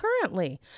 currently